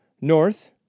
north